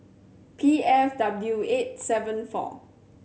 P F W eight seven four